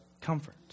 comfort